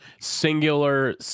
singular